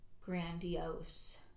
grandiose